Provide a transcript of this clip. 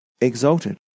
exalted